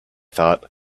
thought